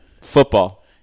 Football